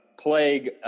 plague